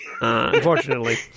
Unfortunately